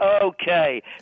okay